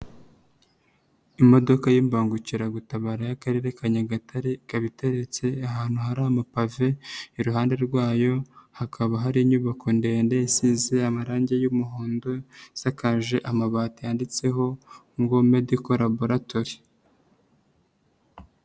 Imodoka y'imbangukiragutabara y'Akarere ka Nyagatare, ikaba iteretse ahantu hari amapave, iruhande rwayo hakaba hari inyubako ndende, isize amarangi y'umuhondo, isakaje amabati handitseho ngo medical laboratory.